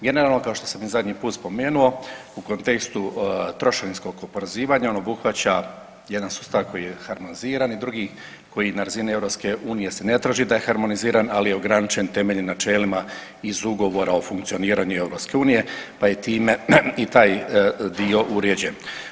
Generalno kao što sam i zadnji put spomenuo u kontekstu trošarinskog oporezivanja on obuhvaća jedan sustav koji je harmoniziran i drugi koji na razini EU se ne traži da je harmoniziran, ali je ograničen temeljnim načelima iz Ugovora o funkcioniranju EU, pa je time i taj dio uređen.